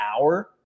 hour